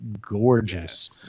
gorgeous